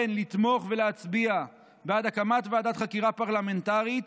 כן, לתמוך ולהצביע בעד הקמת ועדת חקירה פרלמנטרית